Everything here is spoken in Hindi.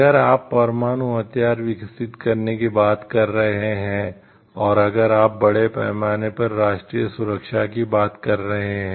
अगर आप परमाणु हथियार विकसित करने की बात कर रहे हैं और अगर आप बड़े पैमाने पर राष्ट्रीय सुरक्षा की बात कर रहे हैं